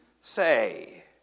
say